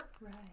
Right